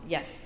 Yes